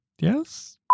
Yes